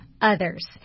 others